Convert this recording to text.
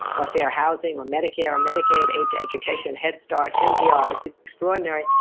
or fair housing, or medicare, medicaid, aid to education, head start, mpr it's extraordinary.